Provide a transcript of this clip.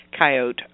coyote